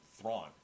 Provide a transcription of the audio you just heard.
Thrawn